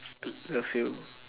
still love you